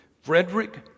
Frederick